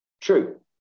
True